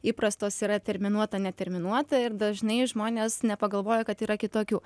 įprastos yra terminuota neterminuota ir dažnai žmonės nepagalvoja kad yra kitokių